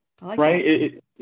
right